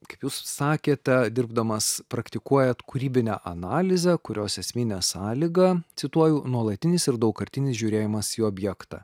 kaip jūs sakėte dirbdamas praktikuojat kūrybinę analizę kurios esminė sąlyga cituoju nuolatinis ir daugkartinis žiūrėjimas į objektą